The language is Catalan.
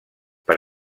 per